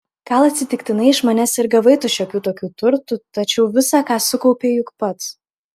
gal atsitiktinai iš manęs ir gavai tu šiokių tokių turtų tačiau visa ką sukaupei juk pats